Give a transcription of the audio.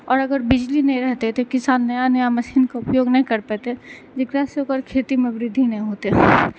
आओर अगर बिजली नहि रहतै तऽ किसान नया नया मशीन के उपयोग नहि कर पयतै जेकरा से ओकर खेतीमे वृद्धि नहि होतै